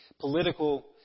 political